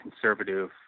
conservative